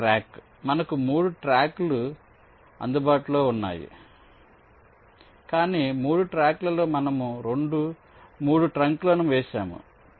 ఇక్కడ ట్రాక్ మనకు 3 ట్రాక్లు అందుబాటులో ఉన్నాయి కాని 3 ట్రాక్లలో మనము 3 ట్రంక్లను వేశాము